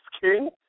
king